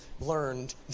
learned